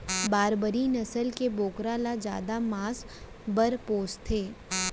बारबरी नसल के बोकरा ल जादा मांस बर पोसथें